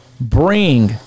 Bring